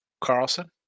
Carlson